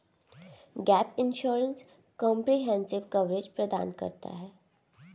gap insurance comprehensive coverage प्रदान करता है